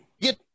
get